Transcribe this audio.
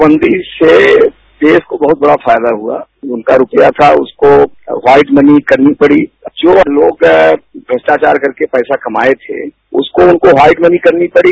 नोटबंदी से देश को बहुत बड़ा फायदा हुआ उनका रूपया था उनको वाइटमनी करनी पड़ी जो लोग भ्रष्टाचार करके पैसा कमाये थे उसको उनको वाइटमनी करनी पड़ी